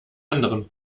anderen